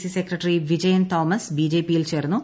C secretary Vijayan Thomas ബിജെപിയിൽ ചേർന്നു